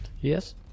Yes